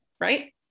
Right